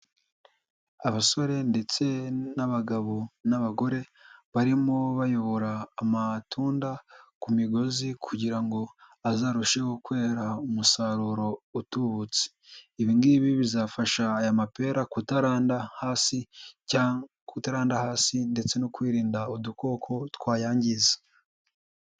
Abasore ndetse n'abagabo n'abagore barimo bayobora amatunda ku migozi kugira ngo azarusheho kwera umusaruro utubutse, ibi ngibi bizafasha aya mapera kutaranda hasi, kutaranda hasi ndetse no kwirinda udukoko twayangiza.